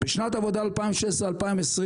בשנות העבודה 2016 עד 2020